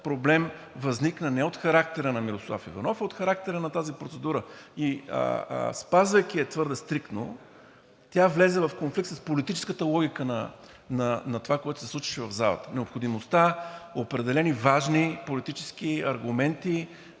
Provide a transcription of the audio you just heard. проблем възникна не от характера на Мирослав Иванов, а от характера на тази процедура и спазвайки я твърде стриктно, тя влезе в конфликт с политическата логика на това, което се случваше в залата – необходимостта определени, важни политически аргументи